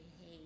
hey